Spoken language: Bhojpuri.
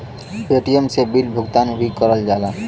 पेटीएम से बिल भुगतान भी करल जाला